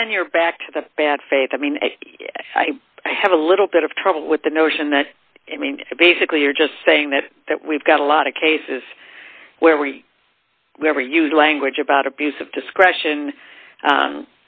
again you're back to the bad faith i mean i have a little bit of trouble with the notion that i mean basically you're just saying that that we've got a lot of cases where we never use language about abuse of discretion